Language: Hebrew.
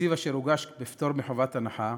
תקציב אשר הוגש בפטור מחובת הנחה.